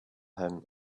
him